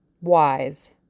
wise